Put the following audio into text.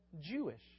Jewish